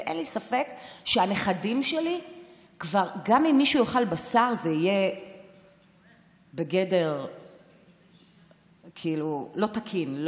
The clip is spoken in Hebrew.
ואין לי ספק שגם אם מישהו מהנכדים שלי יאכל בשר זה יהיה בגדר לא תקין.